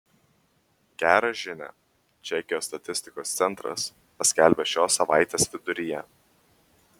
gerą žinią čekijos statistikos centras paskelbė šios savaitės viduryje